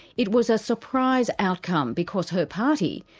it was a surprise outcome because her party,